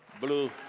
bluu